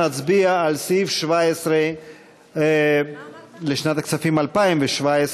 אנחנו נצביע על סעיף 17 לשנת הכספים 2017,